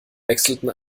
wechselten